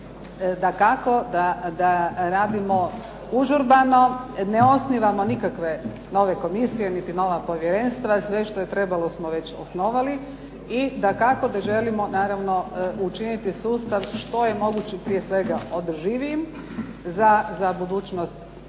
Dakako da radimo užurbano. Ne osnivamo nikakve nove komisije i nova povjerenstva. Sve što smo trebali sve je osnovano. I dakako da želimo naravno učiniti sustav što je moguće prije svega održivijim za budućnost